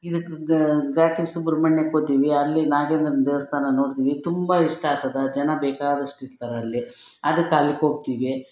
ಇದಕ್ಕೆ ಘಾಟಿ ಸುಬ್ರಮಣ್ಯಕ್ಕೋತೀವಿ ಅಲ್ಲಿ ನಾಗೇಂದ್ರನ ದೇವಸ್ಥಾನ ನೋಡ್ತಿವಿ ತುಂಬ ಇಷ್ಟ ಆಗ್ತದ ಜನ ಬೇಕಾದಷ್ಟು ಇರ್ತಾರಲ್ಲಿ ಅದಕ್ಕೆ ಅಲ್ಲಿಕ್ಕೋಗ್ತೀವಿ